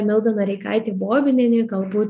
milda noreikaitė bobinienė kalbų